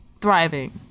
Thriving